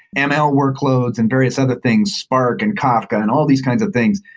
and ml workloads and various other things, spark, and kafka and all these kinds of things,